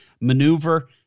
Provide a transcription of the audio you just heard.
maneuver